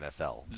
NFL